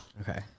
Okay